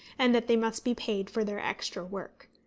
and that they must be paid for their extra work.